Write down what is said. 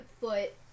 foot